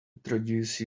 introduce